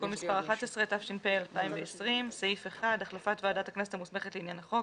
התש"ף 2020, הכנה לקריאה שנייה ושלישית.